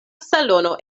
salono